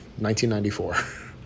1994